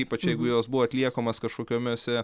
ypač jeigu jos buvo atliekamos kažkokiomiose